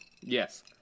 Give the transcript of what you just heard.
Yes